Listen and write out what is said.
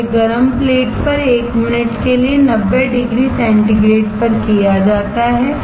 यह एक गर्म प्लेट पर 1 मिनट के लिए 90 डिग्री सेंटीग्रेड पर किया जाता है